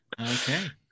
okay